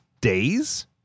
days